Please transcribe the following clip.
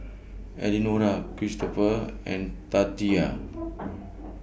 Elenora Kristopher and Tatia